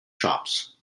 shops